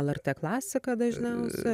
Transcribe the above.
lrt klasiką dažniausia